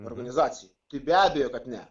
organizacijai tai be abejo kad ne